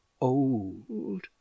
old